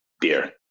Beer